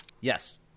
yes